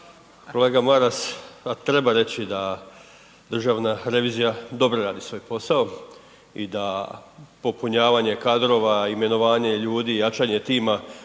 Kolega Maras, a treba reći da državna revizija dobro radi svoj posao i da popunjavanje kadrova, imenovanje ljudi, jačanje tima